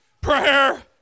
Prayer